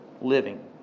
living